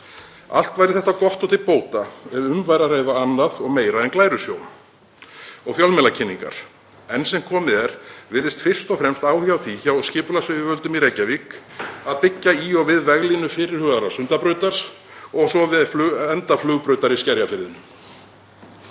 Allt væri þetta gott og til bóta ef um væri að ræða annað og meira en „glærusjóv“ og fjölmiðlakynningar. Enn sem komið er virðist fyrst og fremst áhugi á því hjá skipulagsyfirvöldum í Reykjavík að byggja í og við veglínu fyrirhugaðrar Sundabrautar og svo við enda flugbrautar í Skerjafirðinum.